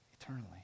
eternally